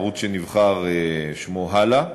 הערוץ שנבחר, שמו "הַלָא".